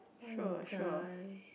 Wan Zai